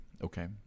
Okay